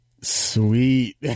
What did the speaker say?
sweet